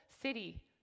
city